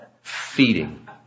feeding